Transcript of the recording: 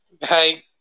Hey